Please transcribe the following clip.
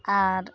ᱟᱨ